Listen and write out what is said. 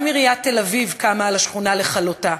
גם עיריית תל-אביב קמה על השכונה לכלותה,